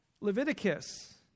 Leviticus